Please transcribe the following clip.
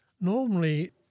normally